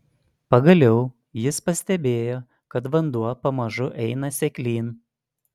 pagaliau jis pastebėjo kad vanduo pamažu eina seklyn